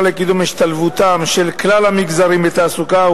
לקידום השתלבותם של כלל המגזרים בתעסוקה,